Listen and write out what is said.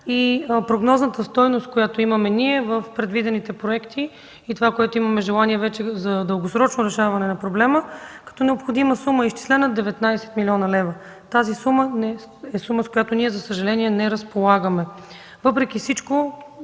и прогнозната стойност, която имаме ние в предвидените проекти, и това, което имаме желание за дългосрочно решаване на проблема, като необходима сума е изчислена 19 млн. лв. Това е сумата, с която ние за съжаление не разполагаме. Въпреки всичко